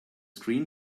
screen